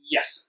Yes